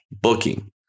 booking